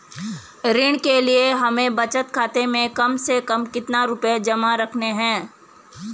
ऋण के लिए हमें बचत खाते में कम से कम कितना रुपये जमा रखने हैं?